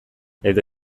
edo